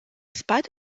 spite